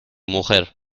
mujer